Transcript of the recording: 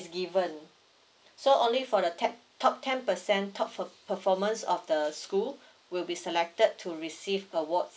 is given so only for the ten top ten percent top per~ performance of the school will be selected to receive awards